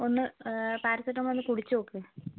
ഒന്ന് പാരസെറ്റമോള് കുടിച്ചു നോക്ക്